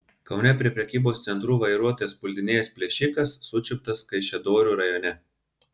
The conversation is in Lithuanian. kaune prie prekybos centrų vairuotojas puldinėjęs plėšikas sučiuptas kaišiadorių rajone